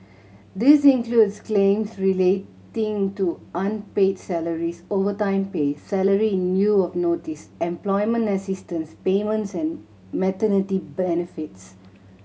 this includes claims relating to unpaid salaries overtime pay salary in lieu of notice employment assistance payments and maternity benefits